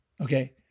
okay